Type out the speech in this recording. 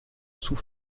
sous